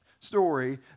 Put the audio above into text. story